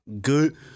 good—